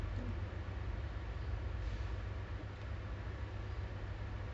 some more my cousins semua kat malaysia kan so they cannot really come in to singapore